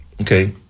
Okay